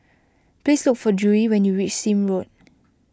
please look for Drury when you reach Sime Road